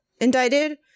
indicted